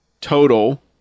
total